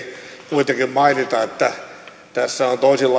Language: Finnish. kuitenkin mainita että on toisenlaisiakin